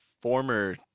former